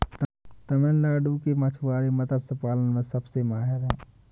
तमिलनाडु के मछुआरे मत्स्य पालन में सबसे माहिर हैं